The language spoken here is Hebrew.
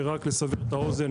שרק לסבר את האוזן,